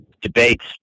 debates